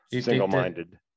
single-minded